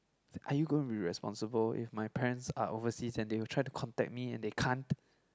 are you going to be responsible if my parents are overseas and they will try to contact me and they can't